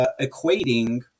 equating